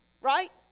right